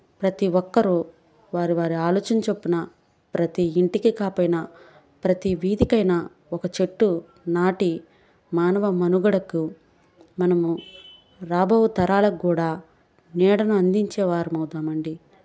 ప్రతి ఒక్కరూ వారు వారి ఆలోచన చొప్పున ప్రతీ ఇంటికి కాకపోయినా ప్రతి వీధికైనా ఒక చెట్టు నాటి మానవ మనుగడకు మనము రాబోవు తరాలకు కూడా నీడను అందించే వారము అవుదామండి